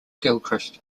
gilchrist